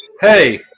Hey